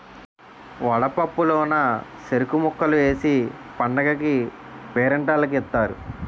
వడపప్పు లోన సెరుకు ముక్కలు ఏసి పండగకీ పేరంటాల్లకి ఇత్తారు